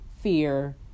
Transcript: fear